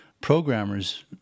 programmers